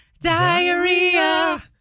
Diarrhea